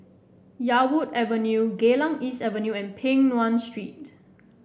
Yarwood Avenue Geylang East Avenue and Peng Nguan Street